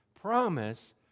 promise